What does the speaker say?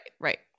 Right